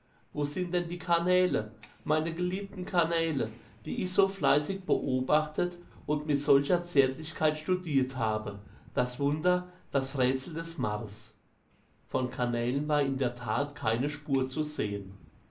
wo sind denn die kanäle meine geliebten kanäle die ich so fleißig beobachtet und mit solcher zärtlichkeit studiert habe das wunder das rätsel des mars von kanälen war in der tat keine spur zu sehen